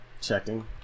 Checking